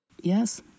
Yes